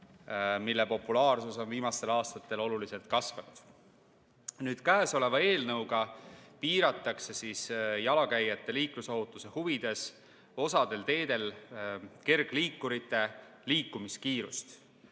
mille populaarsus on viimastel aastatel oluliselt kasvanud. Käesoleva eelnõuga piiratakse jalakäijate liiklusohutuse huvides osal teedel kergliikurite liikumiskiirust